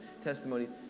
testimonies